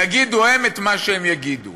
יגידו הם את מה שהם יגידו.